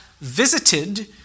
visited